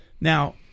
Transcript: Now